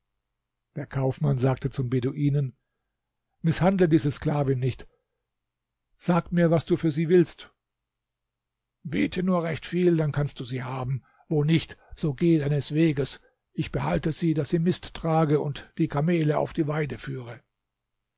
der kaufmann sagte zum beduinen mißhandle diese sklavin nicht so sag mir was du für sie willst biete nur recht viel dann kannst du sie haben wo nicht so geh deines weges ich behalte sie daß sie mist trage und die kamele auf die weide führe